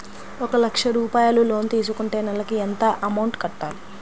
ఒక లక్ష రూపాయిలు లోన్ తీసుకుంటే నెలకి ఎంత అమౌంట్ కట్టాలి?